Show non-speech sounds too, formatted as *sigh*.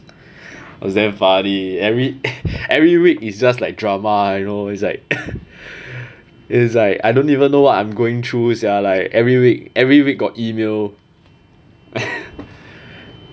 it's damn funny every every week is just like drama you know it's like *laughs* it's like I don't even know what I'm going through sia like every week every week got email *coughs*